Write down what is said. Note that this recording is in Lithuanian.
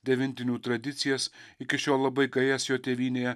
devintinių tradicijas iki šiol labai gajas jo tėvynėje